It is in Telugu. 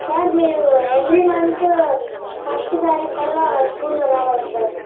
సార్ మీరు ఎవరీ మంత్ ఫస్ట్ తారీకు కల్లా స్కూల్లో రావాలి సార్